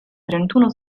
trentuno